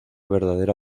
verdadera